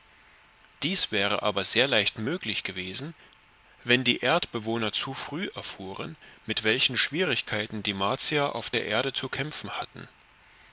dies wäre aber sehr leicht möglich gewesen wenn die erdbewohner zu früh erfuhren mit welchen schwierigkeiten die martier auf der erde zu kämpfen hatten